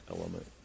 element